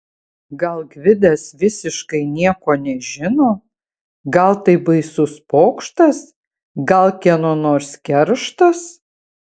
gal gvidas visiškai nieko nežino gal tai baisus pokštas gal kieno nors kerštas